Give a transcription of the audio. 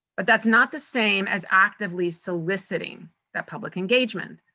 but that's not the same as actively soliciting that public engagement.